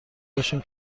باشیم